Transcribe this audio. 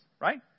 right